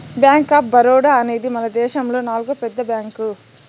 bank of Baroda అనేది మనదేశములో నాల్గో పెద్ద బ్యాంక్